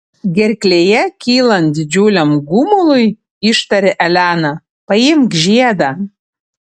gerklėje kylant didžiuliam gumului ištarė elena paimk žiedą